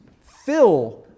fill